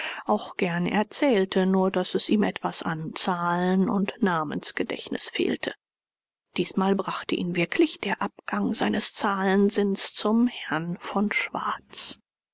auch gern erzählte nur daß es ihm etwas an zahlen und namensgedächtnis fehlte diesmal brachte ihn wirklich der abgang seines zahlensinns zum herrn von schwarz